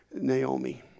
Naomi